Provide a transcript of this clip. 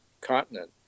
continent